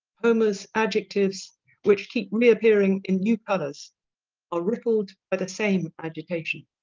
homer's adjectives which keep reappearing in new colors are rippled by the same agitation.